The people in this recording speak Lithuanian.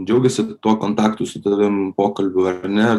džiaugiasi tuo kontaktu su tavim pokalbiu ar ne